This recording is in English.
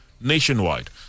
nationwide